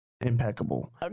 impeccable